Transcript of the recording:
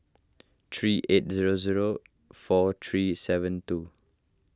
three eight zero zero four three seven two